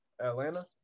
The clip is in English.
Atlanta